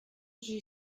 j’y